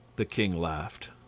the king laughed.